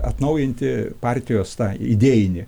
atnaujinti partijos idėjinį